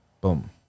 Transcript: Boom